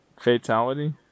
Fatality